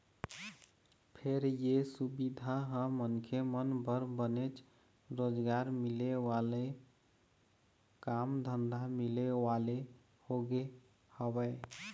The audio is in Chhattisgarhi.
फेर ये सुबिधा ह मनखे मन बर बनेच रोजगार मिले वाले काम धंधा मिले वाले होगे हवय